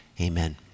amen